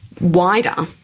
wider